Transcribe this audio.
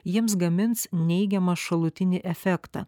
jiems gamins neigiamą šalutinį efektą